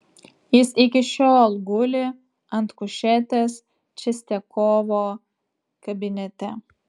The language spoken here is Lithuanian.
jis iki šiol guli ant kušetės čistiakovo kabinete